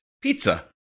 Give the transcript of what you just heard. pizza